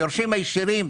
היורשים הישירים,